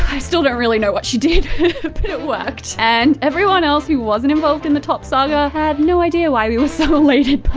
i still don't really know what she did but it worked. and everyone else who wasn't involved in the top saga had no idea why we were so elated